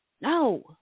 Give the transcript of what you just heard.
No